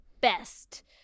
best